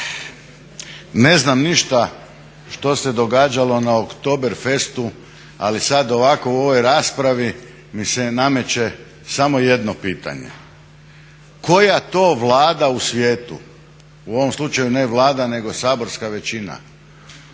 Ne znam ništa što se događalo na Oktobefestu ali sad ovako u ovoj raspravi mi se nameće samo jedno pitanje, koja to Vlada u svijetu u ovom slučaju Vlada nego saborska većina